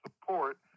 support